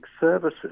services